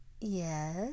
Yes